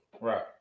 right